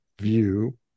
view